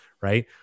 right